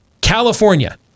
California